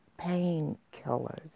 painkillers